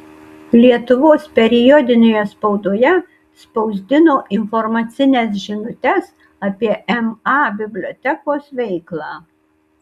lietuvos periodinėje spaudoje spausdino informacines žinutes apie ma bibliotekos veiklą